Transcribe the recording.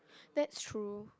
that's true